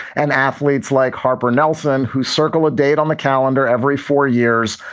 and athletes like harper nelson, whose circle a date on the calendar every four years,